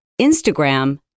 Instagram